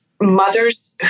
mothers